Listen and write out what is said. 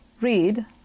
read